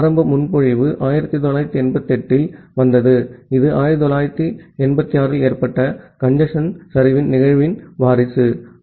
ஆரம்ப முன்மொழிவு 1988 இல் வந்தது இது 1986 இல் ஏற்பட்ட கஞ்சேஸ்ன் சரிவின் நிகழ்வின் வாரிசு ஆகும்